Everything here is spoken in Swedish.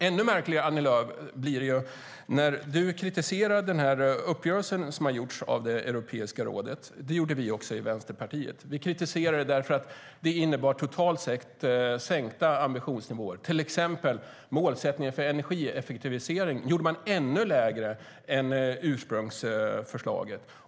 Ännu märkligare blir det, Annie Lööf, när du kritiserar den uppgörelse som har träffats av Europeiska rådet. Det gjorde även vi i Vänsterpartiet. Vi kritiserade det eftersom det innebar totalt sett sänkta ambitionsnivåer, till exempel blev målsättningen för energieffektivisering ännu lägre än ursprungsförslaget.